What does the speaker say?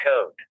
code